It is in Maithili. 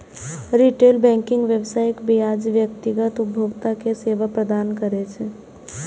रिटेल बैंकिंग व्यवसायक बजाय व्यक्तिगत उपभोक्ता कें सेवा प्रदान करै छै